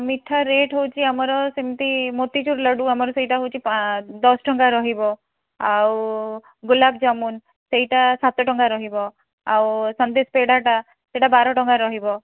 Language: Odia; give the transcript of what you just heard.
ମିଠା ରେଟ୍ ହେଉଛି ଆମର ସେମିତି ମୋତିଚୁର୍ ଲଡ଼ୁ ଆମର ସେଇଟା ହେଉଛି ଦଶଟଙ୍କା ରହିବ ଆଉ ଗୋଲାପଜାମୁନ୍ ସେଇଟା ସାତଟଙ୍କା ରହିବ ଆଉ ସନ୍ଦେଶ ପେଡ଼ାଟା ସେଇଟା ବାରଟଙ୍କା ରହିବ